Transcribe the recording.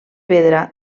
pedra